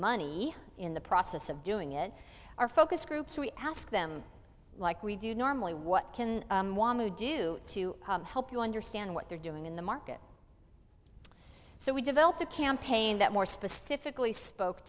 money in the process of doing it our focus groups we ask them like we do normally what can we do to help you understand what they're doing in the market so we developed a campaign that more specifically spoke